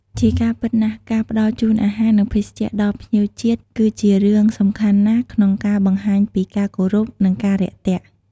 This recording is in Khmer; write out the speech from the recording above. ជាការពិតណាស់ការផ្តល់ជូនអាហារ និងភេសជ្ជៈដល់ភ្ញៀវជាតិ គឺជារឿងសំខាន់ណាស់ក្នុងការបង្ហាញពីការគោរព និងការរាក់ទាក់។